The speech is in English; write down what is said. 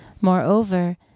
Moreover